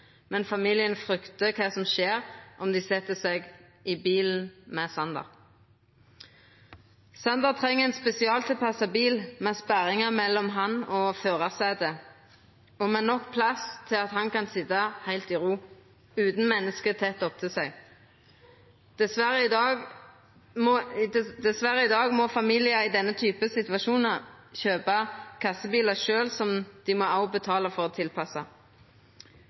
men familien fryktar kva som skjer om dei set seg i bilen med Sander. Sander treng ein spesialtilpassa bil med sperringar mellom han og førarsetet og med nok plass til at han kan sitja heilt i ro utan menneske tett opp til seg. I dag må familiar i denne typen situasjonar dessverre kjøpa kassebilar sjølve, som dei òg må betala for å tilpassa.